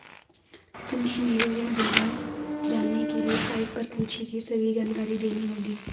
तुम्हें मेरे ऋण विवरण जानने के लिए साइट पर पूछी गई सभी जानकारी देनी होगी